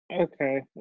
Okay